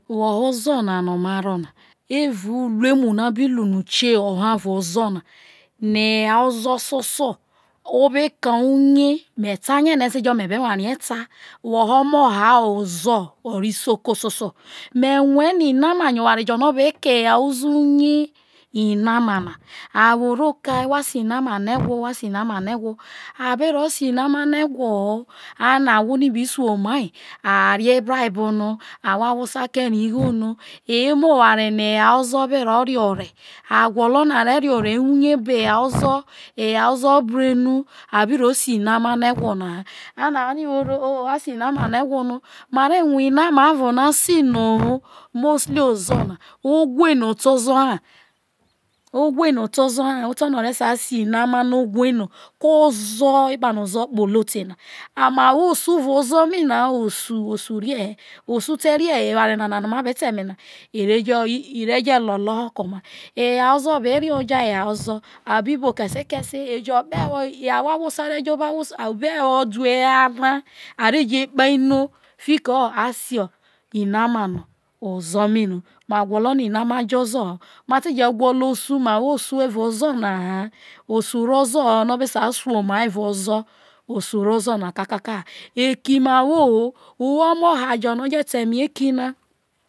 Woho ozoro na ma ro na eva ure mu no̱ u ke hu hu no eya ozoro soso ne o̱ be ka uye be were ta inama yo oware jo no o̱ be ke eya ozoro soso uye inama ma gwolo inama ha owhe no oti ozoro ha otierono a sai si iname no no fio ozoro eya ozoro be roja eya ozoro a bi bo kese kese a kpe ewe ohwo awu sa re jo̱ obe du eya na a ve je kpano fiki a si inama no ozoro mai no ma iki ma wo ho magwolo osu ma wo ho.